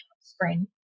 screen